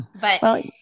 But-